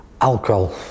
alcohol